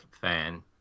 fan